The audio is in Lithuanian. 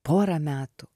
porą metų